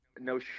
no